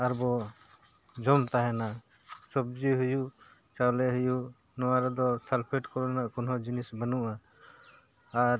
ᱟᱨᱵᱚ ᱡᱚᱢ ᱛᱟᱦᱮᱱᱟ ᱥᱚᱵᱡᱤ ᱦᱩᱭᱩᱜ ᱪᱟᱣᱞᱮ ᱦᱩᱭᱩᱜ ᱱᱚᱣᱟ ᱨᱮᱫᱚ ᱥᱟᱞᱯᱷᱮᱴ ᱠᱚᱨᱮᱱᱟᱜ ᱠᱚᱱᱦᱚᱸ ᱡᱤᱱᱤᱥ ᱵᱟᱹᱱᱩᱜᱼᱟ ᱟᱨ